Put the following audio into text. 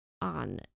on